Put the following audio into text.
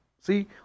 See